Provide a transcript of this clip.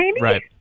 Right